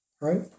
right